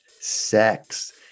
sex